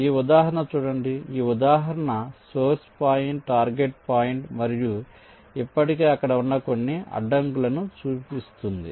ఈ ఉదాహరణ చూడండి ఈ ఉదాహరణ సోర్స్ పాయింట్ టార్గెట్ పాయింట్ మరియు ఇప్పటికే అక్కడ ఉన్న కొన్ని అడ్డంకులను చూపిస్తుంది